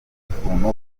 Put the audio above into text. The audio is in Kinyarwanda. ukuntu